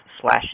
slash